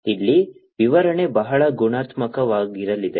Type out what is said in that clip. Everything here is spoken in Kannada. ಇಲ್ಲಿ ವಿವರಣೆ ಬಹಳ ಗುಣಾತ್ಮಕವಾಗಿರಲಿದೆ